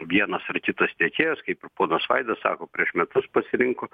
vienas ar kitas tiekėjas kaip ir ponas vaidas sako prieš metus pasirinko